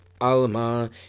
alma